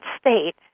state